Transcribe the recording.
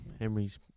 Emery's